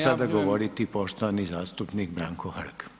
sada govoriti poštovani zastupnik Branko Hrg.